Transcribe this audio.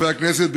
חברי הכנסת,